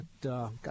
got